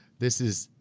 this is